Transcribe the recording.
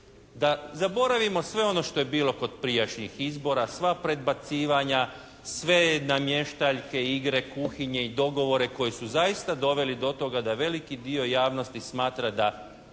da zaboravimo sve ono što je bilo kod prijašnjih izbora, sva predbacivanja, sve namještaljke, igre, kuhinje i dogovore koji su zaista doveli do toga da veliki dio javnosti smatra da